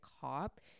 cop